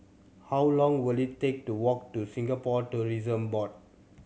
how long will it take to walk to Singapore Tourism Board